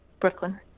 Brooklyn